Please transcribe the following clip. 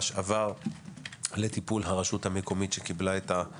ודווקא הרשויות עם הכסף שלו מקבלות שום דבר,